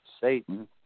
Satan